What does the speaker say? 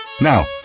Now